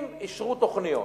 אם אישרו תוכניות,